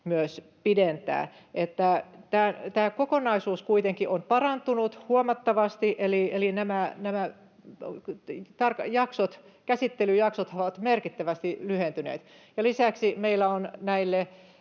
myös pidentää. Tämä kokonaisuus kuitenkin on parantunut huomattavasti, eli nämä käsittelyjaksot ovat merkittävästi lyhentyneet, ja lisäksi meillä on